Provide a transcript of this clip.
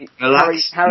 relax